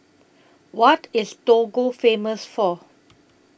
What IS Togo Famous For